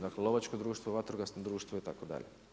Dakle, lovačko društvo, vatrogasno društvo itd.